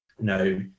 no